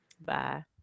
Bye